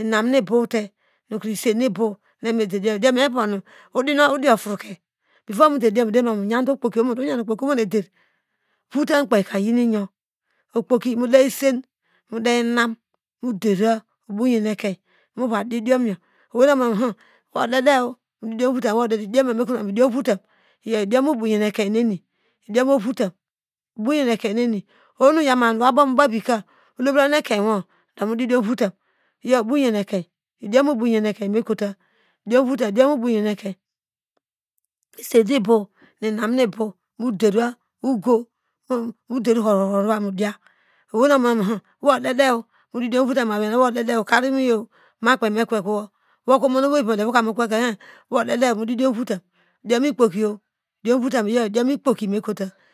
inam nu ibor te nukro isen no ibote idiom yo oderima mu oyande okpoki omutobo owani dire votam kpeika iyin iyi kpoki mude isen nu inam modera oboyi ekem moya didion yo ewei nu emon wo nom wodede idiomyo me kotom idiom votam mu boyin ekein neni idiom ovotam oboyen ekein nene woabom buvivika molkpen ono ekein wo woma didiom votan iyo oboyen ekein mekota idiom votam idiom obeye eken isen nu ibor inam nu ibor moder ogu moder horhor modiya owei no omon wo no wo dede mu didiom votam aweiyena okurweiyo makpei mekwe woka omon oweivivi modiye woka mokweke wo dede modidion votan idiom ikpokiyo idiom votam uyo idiomi ikpoki mekuta.